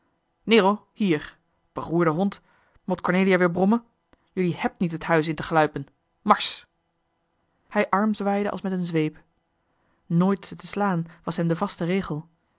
hier beroerde hond mot cornelia weer brommen jullie hèbt niet het huis in te gluipen marsch hij armzwaaide als met een zweep nooit ze te slaan was hem vaste regel